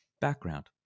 background